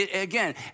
Again